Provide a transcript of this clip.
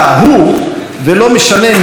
ולא משנה מי זה אותו "הוא",